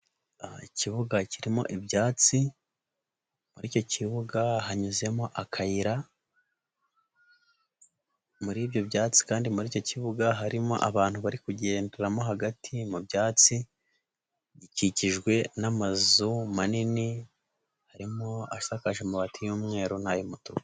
Ikibuga kirimo ibyatsi, muri icyo kibuga hanyuzemo akayira, muri ibyo byatsi kandi muri icyo kibuga harimo abantu barigenderamo hagati, mu byatsi, gikikijwe n'amazu manini, harimo asakaje amabati y'umweru n'ayumutuku.